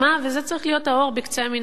וזה צריך להיות האור בקצה המנהרה,